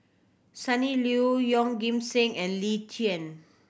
Sunny Liew Yeoh Ghim Seng and Lee Tjin